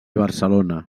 barcelona